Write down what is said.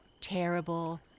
terrible